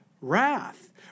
wrath